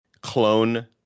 clone